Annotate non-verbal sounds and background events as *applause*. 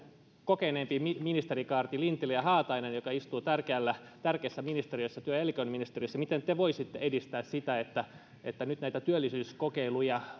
kokeneempi ministerikaarti lintilä ja haatainen joka istuu tärkeässä tärkeässä ministeriössä työ ja elinkeinoministeriössä voisi edistää sitä että että nyt näitä työllisyyskokeiluja *unintelligible*